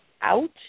out